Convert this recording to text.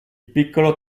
piccolo